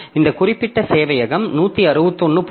இந்த குறிப்பிட்ட சேவையகம் 161